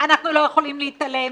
אנחנו לא יכולים להתעלם,